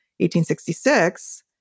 1866